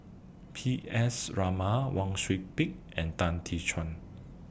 P S Raman Wang Sui Pick and Tan Tee Suan